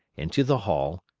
into the hall,